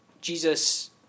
Jesus